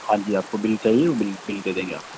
हाँ जी आपको बिल चाहिए वो बिल बिल दे देंगे आपको